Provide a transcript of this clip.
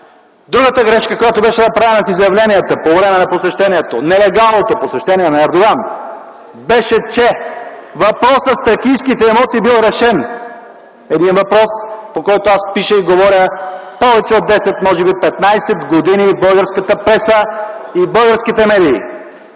Другата грешка, която беше направена в изявленията по време на посещението, нелегалното посещение на Ердоган, беше, че въпросът с тракийските имоти бил решен. Един въпрос, по който аз пиша и говоря повече от десет, може би петнадесет години в българската преса и българските медии.